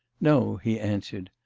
no, he answered.